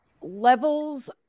levels